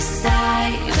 side